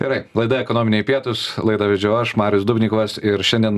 gerai laida ekonominiai pietūs laidą vedžiau aš marius dubnikovas ir šiandien